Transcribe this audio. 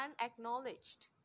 unacknowledged